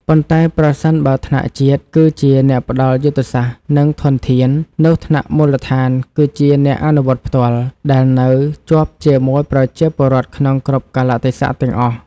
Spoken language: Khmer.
ប៉ុន្តែប្រសិនបើថ្នាក់ជាតិគឺជា អ្នកផ្ដល់យុទ្ធសាស្ត្រ និងធនធាន នោះថ្នាក់មូលដ្ឋានគឺជា អ្នកអនុវត្តផ្ទាល់ ដែលនៅជាប់ជាមួយប្រជាពលរដ្ឋក្នុងគ្រប់កាលៈទេសៈទាំងអស់។